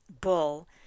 bull